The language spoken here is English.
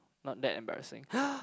not that embarrassing